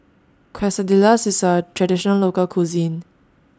Quesadillas IS A Traditional Local Cuisine